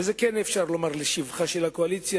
ואת זה כן אפשר לומר לשבחה של הקואליציה,